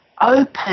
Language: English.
open